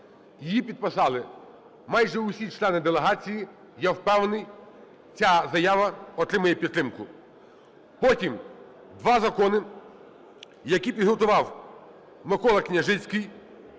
Її підписали майже усі члени делегації. Я впевнений, ця заява отримає підтримку. Потім два закони, які підготував Микола Княжицький,